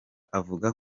avuga